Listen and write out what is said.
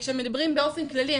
שמדברים באופן כללי,